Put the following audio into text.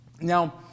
Now